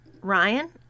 Ryan